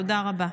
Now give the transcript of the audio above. תודה רבה.